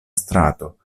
strato